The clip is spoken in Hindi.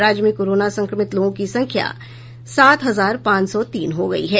राज्य में कोरोना संक्रमित लोगों की संख्या सात हजार पांच सौ तीन हो गई है